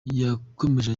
yakomeje